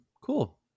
cool